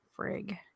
frig